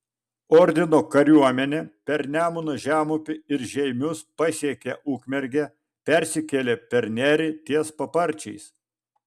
ordino kariuomenė per nemuno žemupį ir žeimius pasiekė ukmergę persikėlė per nerį ties paparčiais